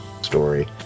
story